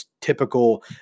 typical